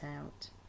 out